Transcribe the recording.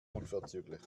unverzüglich